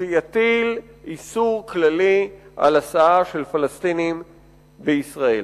שיטיל איסור כללי על הסעה של פלסטינים בישראל.